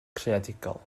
creadigol